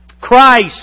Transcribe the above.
Christ